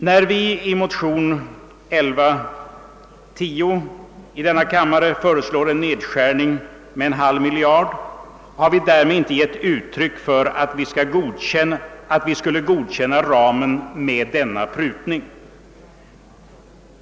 När vi i vår motion 1110 i denna kammare föreslår en nedskärning av anslaget med en halv miljard kronor har vi inte instämt i anslagsramen med denna prutning.